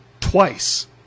twice